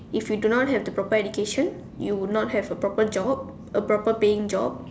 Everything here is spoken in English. if you do not have the proper education you would not have a proper job a proper paying job